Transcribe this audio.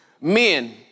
men